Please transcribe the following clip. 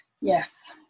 Yes